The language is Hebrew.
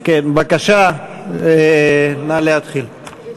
בבקשה, נא להתחיל.